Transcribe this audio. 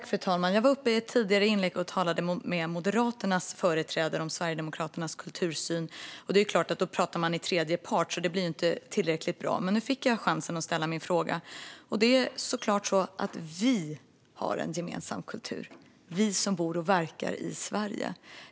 Fru talman! Jag var uppe här i talarstolen tidigare och talade med Moderaternas företrädare om Sverigedemokraternas kultursyn. Då pratade man i tredje part, och det blev ju inte tillräckligt bra. Men nu fick jag chansen att ställa min fråga till Sverigedemokraterna. Det är såklart så att vi har en gemensam kultur - vi som bor och verkar i Sverige.